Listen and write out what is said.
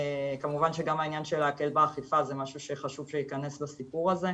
וכמובן שגם העניין של להקל באכיפה זה משהו שחשוב שייכנס לסיפור הזה.